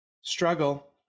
Struggle